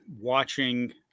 watching